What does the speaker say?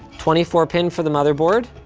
twenty four pin for the motherboard,